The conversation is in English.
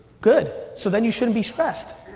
good, so then, you shouldn't be stressed.